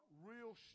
real